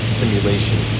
simulation